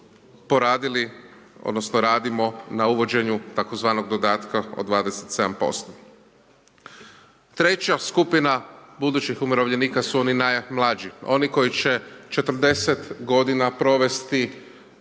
poradili, odnosno radimo na uvođenju tzv. dodatka od 27%. Treća skupina budućih umirovljenika su oni najmlađi, oni koji će 40 godina provesti